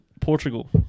Portugal